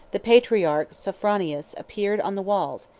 the patriarch sophronius appeared on the walls,